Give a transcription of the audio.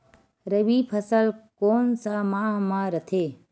रबी फसल कोन सा माह म रथे?